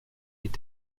mit